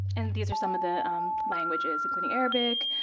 and these are some of the languages, including arabic,